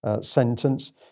Sentence